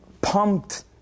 pumped